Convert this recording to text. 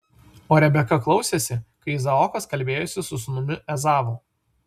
o rebeka klausėsi kai izaokas kalbėjosi su sūnumi ezavu